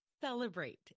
Celebrate